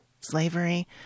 slavery